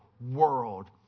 world